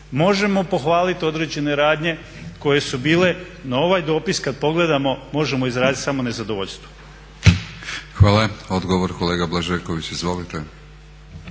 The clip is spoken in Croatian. Možemo pohvaliti određene radnje koje su bile. Na ovaj dopis kada pogledamo možemo izraziti samo nezadovoljstvo. **Batinić, Milorad (HNS)** Hvala. Odgovor kolega Blažeković, izvolite.